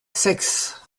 seix